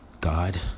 God